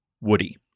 Woody